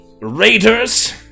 raiders